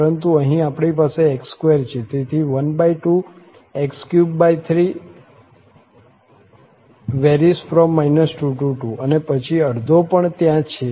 પરંતુ અહીં આપણી પાસે x2 છે તેથી 12x33| 22 અને પછી અડધો પણ ત્યાં છે